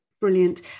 Brilliant